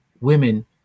women